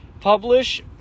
publish